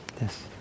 Yes